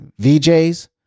VJs